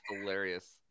hilarious